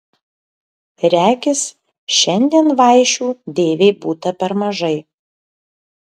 regis šiandien vaišių deivei būta per mažai